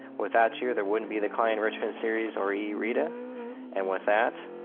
without you, there wouldn't be the client enrichment series or ereta. and with that,